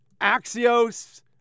Axios